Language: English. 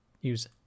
use